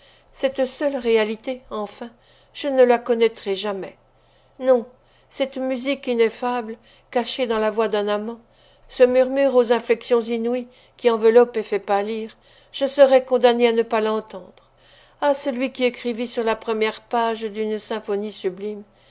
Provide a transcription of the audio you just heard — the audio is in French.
cette seule réalité enfin je ne la connaîtrai jamais non cette musique ineffable cachée dans la voix d'un amant ce murmure aux inflexions inouïes qui enveloppe et fait pâlir je serais condamnée à ne pas l'entendre ah celui qui écrivit sur la première page d'une symphonie sublime